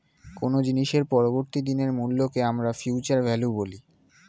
কোনো জিনিসের পরবর্তী দিনের মূল্যকে আমরা ফিউচার ভ্যালু বলি